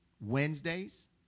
Wednesdays